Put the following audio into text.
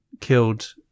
killed